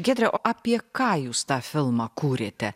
giedre o apie ką jūs tą filmą kūrėte